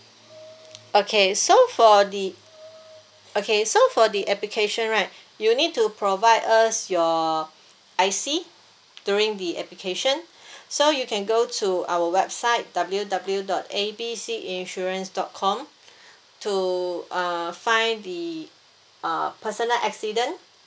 okay so for the okay so for the application right you need to provide us your I_C during the application so you can go to our website W W dot A B C insurance dot com to uh find the uh personal accident